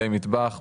כלי מטבח,